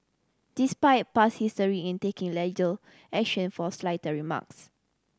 despite past history in taking action for slighter remarks